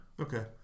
Okay